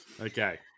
okay